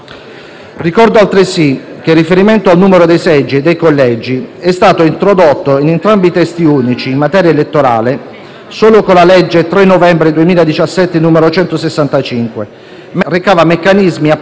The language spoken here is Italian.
Ricordo altresì che il riferimento al numero dei seggi e dei collegi è stato introdotto in entrambi i testi unici in materia elettorale solo con la legge 3 novembre 2017, n. 165, mentre precedentemente la legislazione elettorale recava meccanismi applicabili indipendentemente dal numero dei parlamentari.